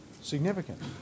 significant